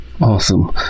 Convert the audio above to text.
Awesome